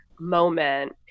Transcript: moment